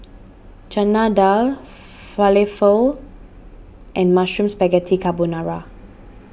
Chana Dal Falafel and Mushroom Spaghetti Carbonara